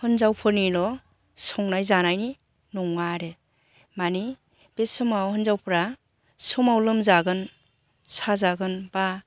होन्जावफोरनिल' संनाय जानायनि नङा आरो मानि बे समाव हिन्जावफ्रा समाव लोमजागोन साजागोन बा